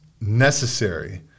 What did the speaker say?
necessary